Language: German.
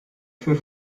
für